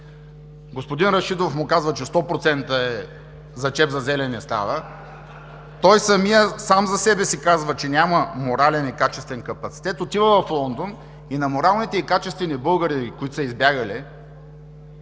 господин Рашидов му казва, че 100% за чеп за зеле не става, той самият сам за себе си казва, че няма морален и качествен капацитет, отива в Лондон и на моралните и качествени българи, които са избягали,